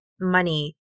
money